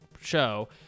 show